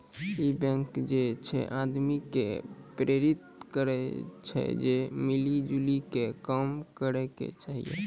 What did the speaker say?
इ बैंक जे छे आदमी के प्रेरित करै छै जे मिली जुली के काम करै के चाहि